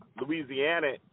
Louisiana